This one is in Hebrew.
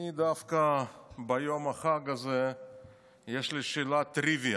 דווקא ביום החג הזה יש לי שאלת טריוויה.